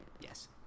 yes